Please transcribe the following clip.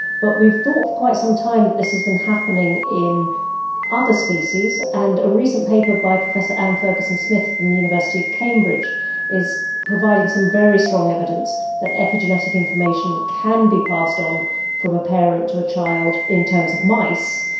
but we've thought for quite some time that this has been happening in other species, and a recent paper by professor anne ferguson-smith from the university of cambridge is providing some very strong evidence that epigenetic information can be passed on from a parent to a child in terms of mice,